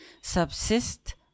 subsist